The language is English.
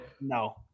No